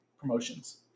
promotions